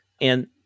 And-